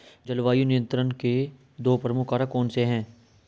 जलवायु नियंत्रण के दो प्रमुख कारक कौन से हैं?